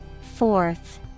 Fourth